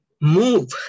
move